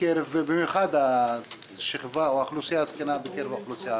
במיוחד השכבה או האוכלוסייה הזקנה בקרב האוכלוסייה הערבית?